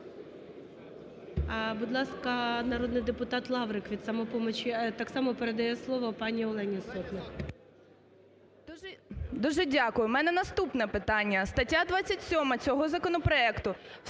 Будь ласка, народний депутат Лаврик від "Самопомочі". Так само передає слово пані Олені Сотник. 11:22:09 СОТНИК О.С. Дуже дякую. В мене наступне питання. Стаття 27 цього законопроекту